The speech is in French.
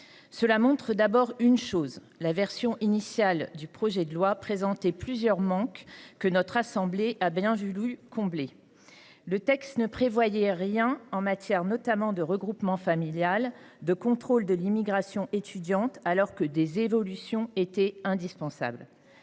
Cela montre que la version initiale du projet de loi présentait plusieurs manques que notre assemblée a dû combler. Ainsi, le texte ne prévoyait rien en matière de regroupement familial ou de contrôle de l’immigration étudiante alors que des évolutions étaient indispensables